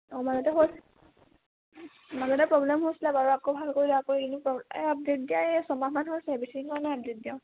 অঁ মাজতে হ'ল মাজতে প্ৰব্লেম হৈছিলে বাৰু আকৌ ভাল কৰিলোঁ আকৌ ৰিনিউ আপদেট দিয়া এই ছমাহমান হৈছে বেছি দিন হোৱা নাই আপদেট দিয়া